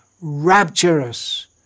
rapturous